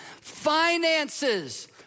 finances